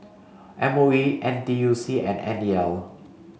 M O E N T U C and N E L